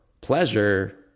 pleasure